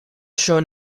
shown